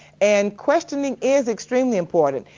and questioning is extremely important.